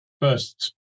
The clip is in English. first